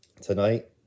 Tonight